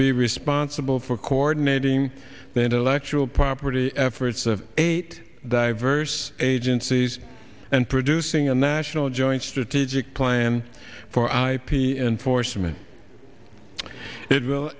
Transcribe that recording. be responsible for coordinating the intellectual property efforts of eight diverse agencies and producing a national joint strategic plan for ip enforcement it will